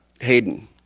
Hayden